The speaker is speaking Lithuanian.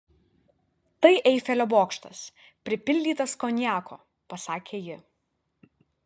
tai eifelio bokštas pripildytas konjako pasakė ji